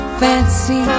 fancy